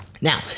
Now